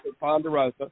Ponderosa